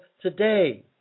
today